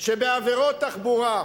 שבעבירות תחבורה,